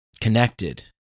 connected